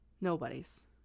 Nobody's